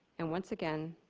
and once again,